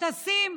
טסים,